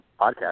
podcast